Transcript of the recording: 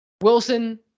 Wilson